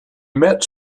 met